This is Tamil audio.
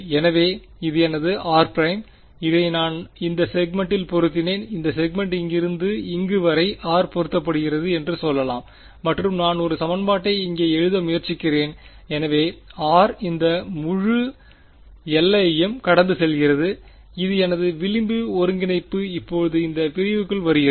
எனவே இது எனது r′ இதை நான் இந்த செக்மென்ட்டில் பொருத்தினேன் இந்த செக்மென்ட் இங்கிருந்து இங்கு வரை r பொருத்தப்படுகிறது என்று சொல்லலாம் மற்றும் நான் ஒரு சமன்பாட்டை இங்கே எழுத முயற்சிக்கிறேன் எனவே ஆர் இந்த முழு எல்லையையும் கடந்து செல்கிறது இது எனது விளிம்பு ஒருங்கிணைப்பு இப்போது இந்த பிரிவுக்குள் வருகிறது